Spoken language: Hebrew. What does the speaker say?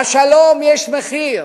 לשלום יש מחיר,